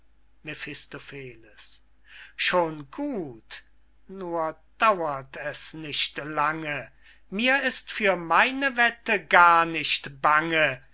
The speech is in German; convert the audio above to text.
schon gut nur dauert es nicht lange mir ist für meine wette gar nicht bange